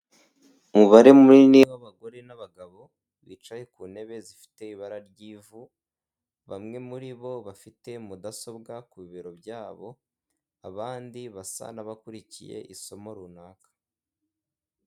Umubare munini w'abagore n'abagabo bicaye ku ntebe zifite ibara ry'ivu bamwe muri bo bafite mudasobwa ku biro byabo, abandi basa n'abakurikiye isomo runaka.